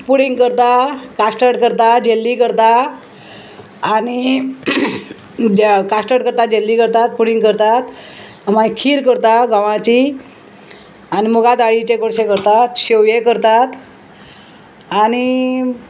pudding करता custard करता jelly करता आनी कास्टड करता जेल्ली करतात पुडींग करतात मागीर खीर करता गंवाची आनी मुगा दाळयेचे कडशे करतात शेवये करतात आनी